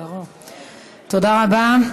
תודה רבה.